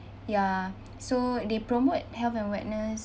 ya so they promote health and wellness